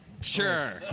Sure